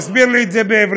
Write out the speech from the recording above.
תסביר לי את זה בעברית,